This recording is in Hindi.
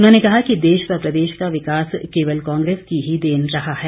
उन्होंने कहा कि देश व प्रदेश का विकास केवल कांग्रेस की ही देन रहा है